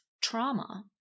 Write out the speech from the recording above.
trauma